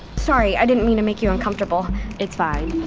sorry, i didn't mean to make you uncomfortable it's fine